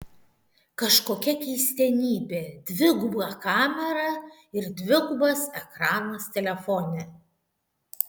kažkokia keistenybė dviguba kamera ir dvigubas ekranas telefone